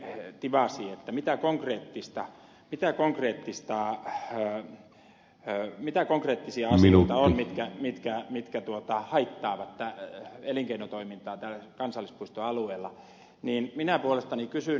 tilasin mitä konkreettista mitään konkreettista lähtöään tivasi mitä konkreettisia asioita on mitkä haittaavat elinkeinotoimintaa tällä kansallispuistoalueella niin minä puolestani kysyn